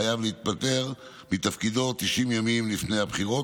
חייב להתפטר מתפקידו 90 ימים לפני הבחירות